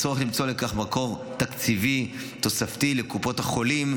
יש צורך למצוא לכך מקור תקציבי תוספתי לקופות החולים,